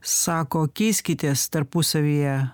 sako keiskitės tarpusavyje